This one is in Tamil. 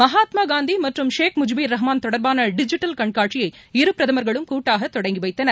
மகாத்மாகாந்திமற்றும் ஷேக் முஜிபூர் ரஹ்மாள் தொடர்பானடிஜிட்டல் கண்காட்சியை இரு பிரதமர்களும் கூட்டாகதொடங்கிவைத்தனர்